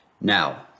Now